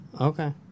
Okay